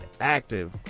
active